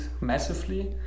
massively